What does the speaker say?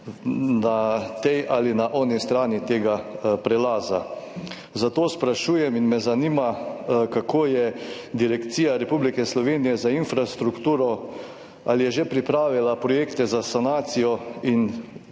na tej ali na oni strani tega prelaza. Zato sprašujem in me zanima: Ali je Direkcija Republike Slovenije za infrastrukturo že pripravila projekte za sanacijo in